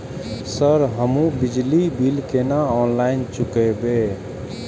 Sir हमू बिजली bill केना ऑनलाईन चुकेबे?